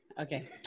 okay